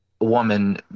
woman